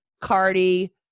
Cardi